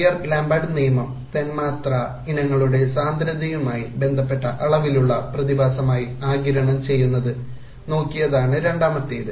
beer Lambert's നിയമം തന്മാത്രാ ഇനങ്ങളുടെ സാന്ദ്രതയുമായി ബന്ധപ്പെട്ട അളവിലുള്ള പ്രതിഭാസമായി ആഗിരണം ചെയ്യുന്നത് നോക്കിയതാണ് രണ്ടാമത്തേത്